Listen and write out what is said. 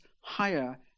higher